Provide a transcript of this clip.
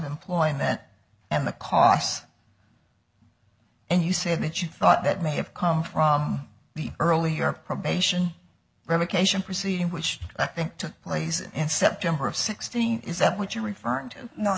employment and the costs and you said that you thought that may have come from the earlier probation revocation proceeding which i think took place in september of sixteen is that what you're referring to